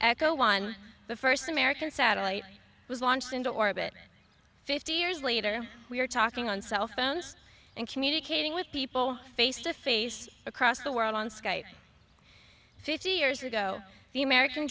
echo one the first american satellite was launched into orbit fifty years later we are talking on cell phones and communicating with people face to face across the world on skype fifty years ago the american